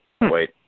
wait